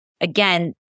again